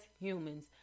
humans